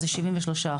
הם מהווים כ-73%.